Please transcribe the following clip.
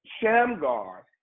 Shamgar